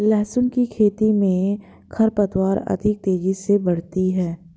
लहसुन की खेती मे खरपतवार अधिक तेजी से बढ़ती है